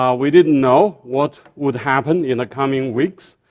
um we didn't know what would happen in the coming weeks.